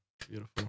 Beautiful